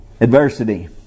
Adversity